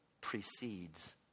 precedes